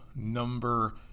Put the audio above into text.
number